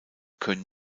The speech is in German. können